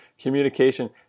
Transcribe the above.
communication